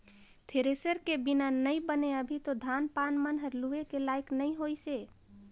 thresher के बिना नइ बने अभी तो धान पान मन हर लुए के लाइक नइ होइसे